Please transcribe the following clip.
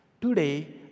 today